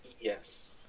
Yes